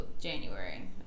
January